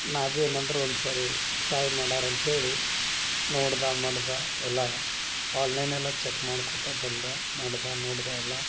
ನಾ ಭಿ ಏನಂದ್ರೆ ಒಂದು ಸರಿ ಟ್ರೈ ಮಾಡಾರ ಅಂತೇಳಿ ನೋಡಿದ ಮಾಡಿದ ಎಲ್ಲಾ ಆನ್ಲೈನ್ ಎಲ್ಲ ಚೆಕ್ ಮಾಡಿಕೋತ ಬಂದ ಮಾಡಿದ ನೋಡಿದ ಎಲ್ಲ